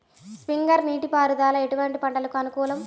Sprinkler నీటిపారుదల ఎటువంటి పంటలకు అనుకూలము?